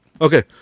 okay